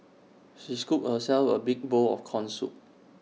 she scooped herself A big bowl of Corn Soup